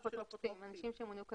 אנשים שמונו כאפוטרופסים.